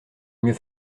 mieux